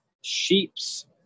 sheep's